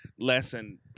lesson